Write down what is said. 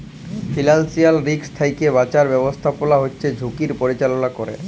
financial risk থ্যাইকে বাঁচার ব্যবস্থাপলা হছে ঝুঁকির পরিচাললা ক্যরে